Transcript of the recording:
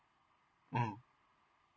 um